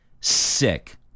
sick